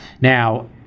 Now